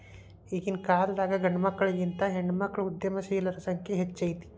ಈಗಿನ್ಕಾಲದಾಗ್ ಗಂಡ್ಮಕ್ಳಿಗಿಂತಾ ಹೆಣ್ಮಕ್ಳ ಉದ್ಯಮಶೇಲರ ಸಂಖ್ಯೆ ಹೆಚ್ಗಿ ಐತಿ